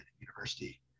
university